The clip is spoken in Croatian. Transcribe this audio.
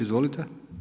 Izvolite.